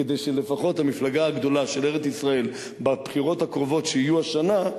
כדי שלפחות המפלגה הגדולה של ארץ-ישראל בבחירות הקרובות שיהיו השנה,